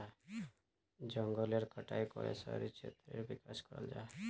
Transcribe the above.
जनगलेर कटाई करे शहरी क्षेत्रेर विकास कराल जाहा